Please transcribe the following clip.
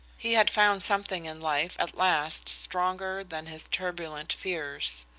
he had found something in life at last stronger than his turbulent fears.